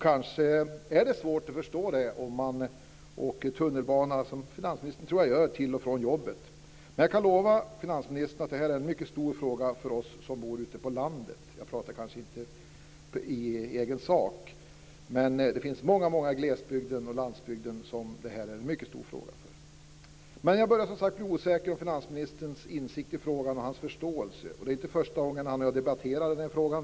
Kanske är det svårt att förstå det om man åker tunnelbana, som jag tror att finansministern gör, till och från jobbet. Men jag kan lova finansministern att det här är en mycket stor fråga för oss som bor ute på landet. Jag pratar inte i egen sak, men det finns många människor i glesbygden och på landsbygden som det här är en mycket stor fråga för. Men jag börjar som sagt bli osäker på finansministerns insikt i frågan och hans förståelse. Det är inte första gången han och jag debatterar den här frågan.